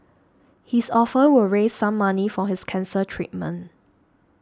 his offer will raise some money for his cancer treatment